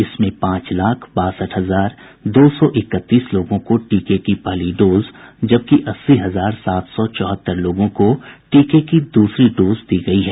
इसमें पांच लाख बासठ हजार दो सौ इकतीस लोगों को टीके की पहली डोज जबकि अस्सी हजार सात सौ चौहत्तर लोगों को टीके की दूसरी डोज दी गयी है